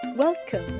Welcome